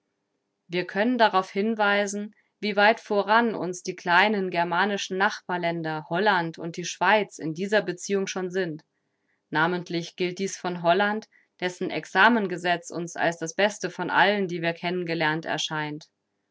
wir können darauf hinweisen wie weit voran uns die kleinen germanischen nachbarländer holland und die schweiz in dieser beziehung schon sind namentlich gilt dies von holland dessen examengesetz uns als das beste von allen die wir kennen gelernt erscheint